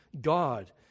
God